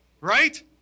right